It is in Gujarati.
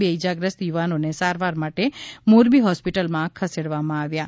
બે ઇજાગ્રસ્ત યુવાનોને સારવાર માટે મોરબી હોસ્પિટલમાં ખસેડવામાં આવ્યા છે